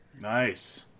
nice